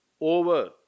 over